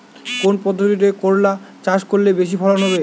কোন পদ্ধতিতে করলা চাষ করলে বেশি ফলন হবে?